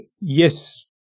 yes